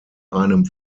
einem